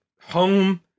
home